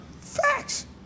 Facts